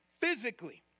physically